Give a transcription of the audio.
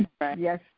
Yes